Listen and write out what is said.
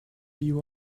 you